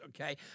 okay